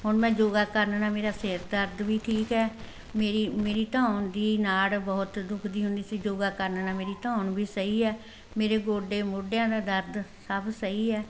ਹੁਣ ਮੈਂ ਯੋਗਾ ਕਰਨ ਨਾਲ ਮੇਰਾ ਸਿਰ ਦਰਦ ਵੀ ਠੀਕ ਹੈ ਮੇਰੀ ਮੇਰੀ ਧੌਣ ਦੀ ਨਾੜ ਬਹੁਤ ਦੁਖਦੀ ਹੁੰਦੀ ਸੀ ਯੋਗਾ ਕਰਨ ਨਾਲ ਮੇਰੀ ਧੌਣ ਵੀ ਸਹੀ ਹੈ ਮੇਰੇ ਗੋਡੇ ਮੋਢਿਆਂ ਦਾ ਦਰਦ ਸਭ ਸਹੀ ਹੈ